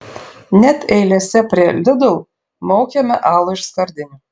net eilėse prie lidl maukiame alų iš skardinių